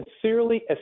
sincerely